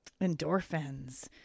endorphins